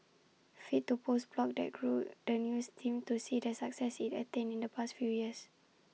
fit to post blog that grew the news team to see the success IT attained in the past few years